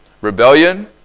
Rebellion